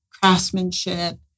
craftsmanship